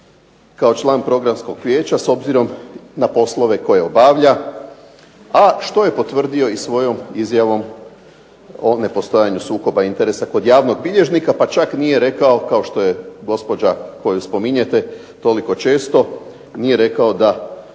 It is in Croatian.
kao član Programskog vijeća s obzirom na poslove koje obavlja, a što je potvrdio i svojom izjavom o nepostojanju sukoba interesa kod javnog bilježnika, pa čak nije rekao kao što je gospođa koju spominjete toliko često, nije rekao da